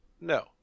No